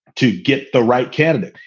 to get the right candidates.